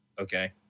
Okay